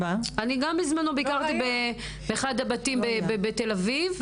אני גם בזמנו ביקרתי באחד הבתים בתל אביב,